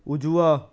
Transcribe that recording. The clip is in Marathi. उजवा